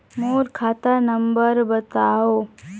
मोर खाता नम्बर बताव?